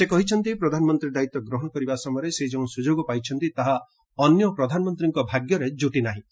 ସେ କହିଛନ୍ତି ପ୍ରଧାନମନ୍ତ୍ରୀ ଦାୟିତ୍ୱ ଗ୍ରହଣ କରିବା ସମୟରେ ସେ ଯେଉଁ ସୁଯୋଗ ପାଇଛନ୍ତି ତାହା ଅନ୍ୟ ପ୍ରଧାନମନ୍ତ୍ରୀଙ୍କ ଭାଗ୍ୟରେ କ୍ରୁଟି ନାହିଁ